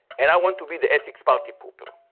and i want to be the ethics party-pooper.